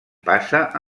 passa